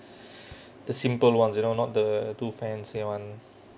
the simple ones you know not the too fancy one